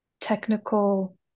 technical